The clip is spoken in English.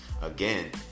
again